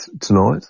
tonight